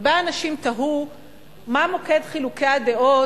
הרבה אנשים תהו מה מוקד חילוקי הדעות.